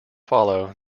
follow